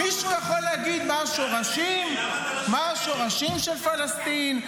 מישהו יכול להגיד מה השורשים של פלסטין?